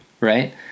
right –